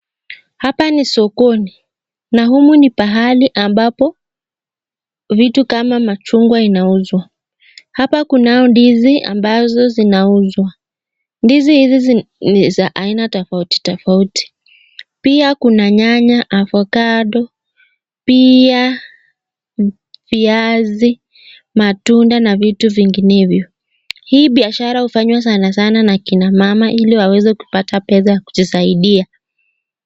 Hapa ni sokoni. Na humu ni ni mahali ambako vitu kama machungwa zinauzwa. Hapa ndizi ambazo zinauzwa. Ndizi hizi ni za aina tofauti tofauti. Pia kuna nyanya, [cs avocado , pia viazi, matunda, na vitu vinginevyo. Hii biashara sana sana inafanya na kina mama ili wapate pesa ya kujisaidia.